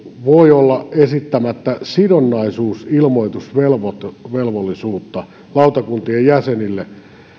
voi olla esittämättä sidonnaisuusilmoitusvelvollisuutta lautakuntien jäsenille